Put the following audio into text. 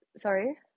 Sorry